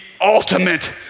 ultimate